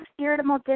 irritable